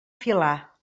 filar